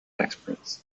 experts